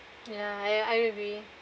ya I I agree